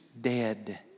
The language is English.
dead